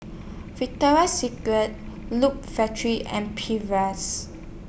Victoria Secret Loop Factory and Perrier's